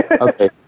Okay